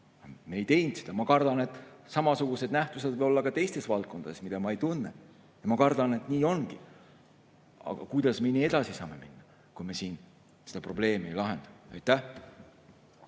Me ei teinud seda. Ma kardan, et samasugused nähtused võivad olla ka teistes valdkondades, mida ma ei tunne. Ma kardan, et nii ongi. Aga kuidas me nii edasi saame minna, kui me siin seda probleemi ei lahenda? Aitäh!